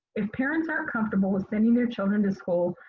if parents aren't comfortable with sending their children to school,